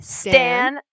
stand